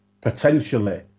potentially